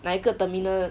哪个 terminal